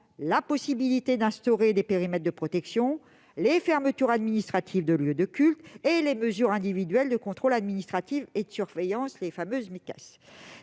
la possibilité d'instaurer des périmètres de protection, les fermetures administratives de lieux de de culte et les mesures individuelles de contrôle administratif et de surveillance, les fameuses Micas.